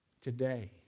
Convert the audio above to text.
Today